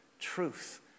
truth